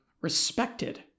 respected